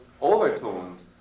overtones